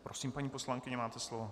Prosím, paní poslankyně, máte slovo.